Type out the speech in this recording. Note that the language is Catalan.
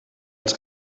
els